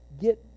get